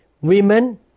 women